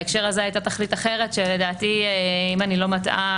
בהקשר הזה הייתה תכלית אחרת שלדעתי אם אני לא מטעה,